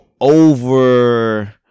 over